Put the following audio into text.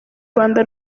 rwanda